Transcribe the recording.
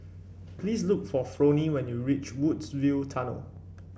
please look for Fronie when you reach Woodsville Tunnel